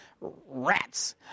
Rats